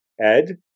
Ed